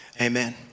amen